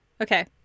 Okay